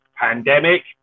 Pandemic